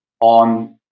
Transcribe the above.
on